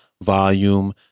volume